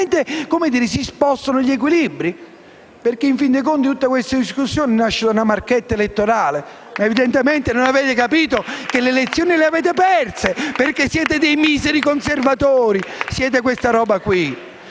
le gare si spostano gli equilibri e perché, in fin dei conti, tutta questa discussione nasce da una marchetta elettorale. *(Applausi dal Gruppo M5S)*. Evidentemente non avete capito che le elezioni le avete perse, perché siete dei miseri conservatori, siete questa roba qui!